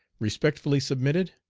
respectfully submitted,